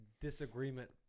disagreement